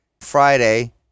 Friday